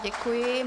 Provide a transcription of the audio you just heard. Děkuji.